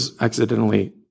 accidentally